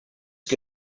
que